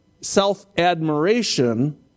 self-admiration